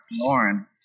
Lauren